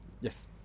Yes